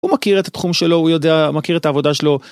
הוא מכיר את התחום שלו הוא יודע מכיר את העבודה שלו.